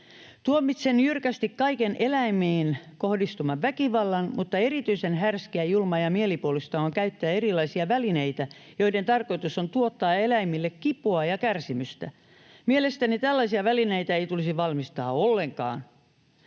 Tuomitsen jyrkästi kaiken eläimiin kohdistuvan väkivallan, mutta erityisen härskiä, julmaa ja mielipuolista on käyttää erilaisia välineitä, joiden tarkoitus on tuottaa eläimille kipua ja kärsimystä. Mielestäni tällaisia välineitä ei tulisi valmistaa ollenkaan.